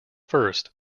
first